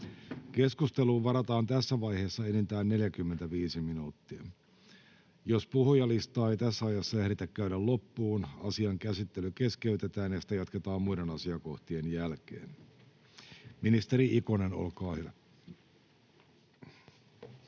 Keskusteluun varataan tässä vaiheessa enintään 45 minuuttia. Jos puhujalistaa ei tässä ajassa ehditä käydä loppuun, asian käsittely keskeytetään ja sitä jatketaan muiden asiakohtien jälkeen. — Ministeri Ikonen, olkaa hyvä.